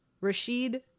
Rashid